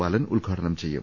ബാലൻ ഉദ്ഘാടനം ചെയ്യും